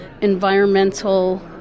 environmental